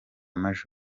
maj